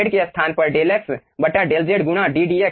Z के स्थान पर डेल x डेल z गुणा d dx